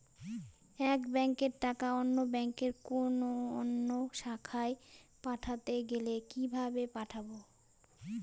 এক ব্যাংকের টাকা অন্য ব্যাংকের কোন অন্য শাখায় পাঠাতে গেলে কিভাবে পাঠাবো?